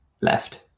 left